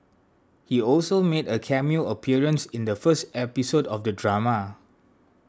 he also made a cameo appearance in the first episode of the drama